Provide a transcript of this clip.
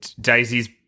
Daisy's